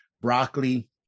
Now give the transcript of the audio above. broccoli